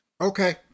Okay